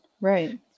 Right